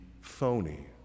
phony